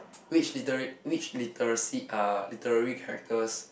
which literary which literacy uh literary characters